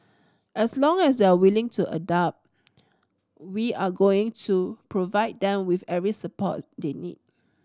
as long as they are willing to adapt we are going to provide them with every support they need